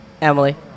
Emily